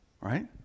right